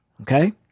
Okay